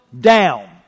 down